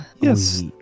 yes